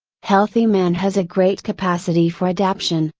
healthy man has a great capacity for adaption,